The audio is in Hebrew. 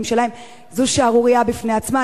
זו שערורייה בפני עצמה,